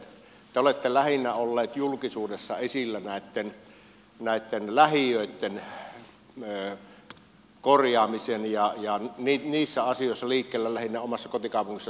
te olette lähinnä olleet julkisuudessa esillä näitten lähiöitten korjaamisessa ja niissä asioissa liikkeellä lähinnä omassa kotikaupungissanne tampereella